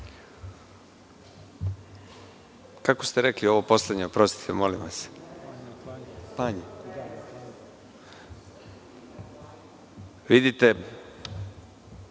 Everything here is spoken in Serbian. Kako ste rekli ovo poslednje, oprostite, molim vas? Vidite,